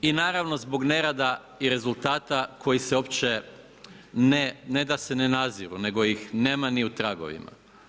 I naravno zbog nerada i rezultata koji se uopće ne da se ne naziru, nego ih nema ni u tragovima.